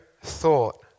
thought